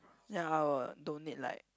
ya I'll donate like